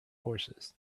horses